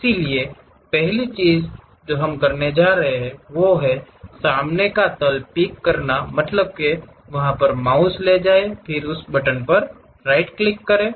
इसलिए पहली चीज जो हम करने जा रहे हैं वह है सामने का तल पिक का मतलब है कि अपने माउस को ले जाएं फिर उस बटन पर राइट क्लिक करें